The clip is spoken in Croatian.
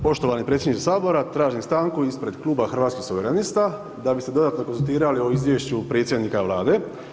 Poštovani predsjedniče sabora tražim stanku ispred Kluba Hrvatskih suvereniste da bismo se dodatno konzultirali o izvješću predsjednika vlade.